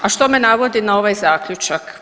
A što me navodi na ovaj zaključak?